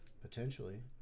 Potentially